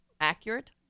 accurate